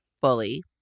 Bully